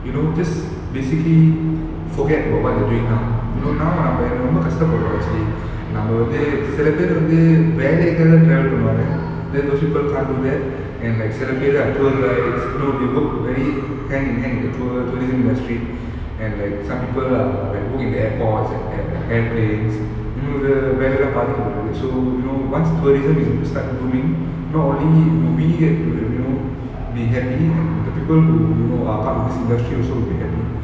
you know just basically forget about what they're doing now you know now நாம ரொம்ப கஷ்ட படுறோம்:romba kasta padurom actually நம்ம வந்து சில பேரு வந்து வேலைக்காக:namma vanthu sila peru vanthu velaikaga travel பண்ணுவாங்க:pannuvanga there those people can't do that and like celebrate lah tour rides you know they work very hand in hand in the tour tourism industry and like some people are like work in the airports and and airplanes வேலைலாம் பார்த்துட்டு:velailam parthutu so you know once tourism is start moving not only will we get to you know be happy and the people who you know are part of this industry also will be happy